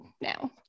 now